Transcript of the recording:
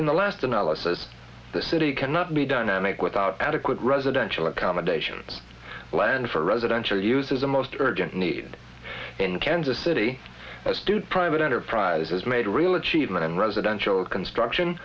in the last analysis the city cannot be done and make without adequate residential accommodations land for residential use is the most urgent need in kansas city as do private enterprises made real achievement in residential construction